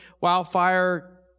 wildfire